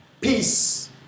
Peace